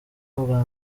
ubwa